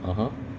(uh huh)